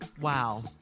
Wow